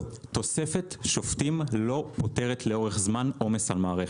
תוספת שופטים לא פותרת לאורך זמן עומס על מערכת.